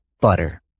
Butter